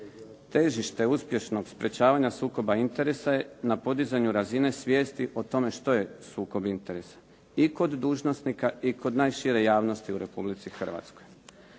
Težište uspješnog sprječavanja sukoba interesa je na podizanju razine svijesti o tome što je sukob interesa i kod dužnosnika i kod najšire javnosti u Republici Hrvatskoj.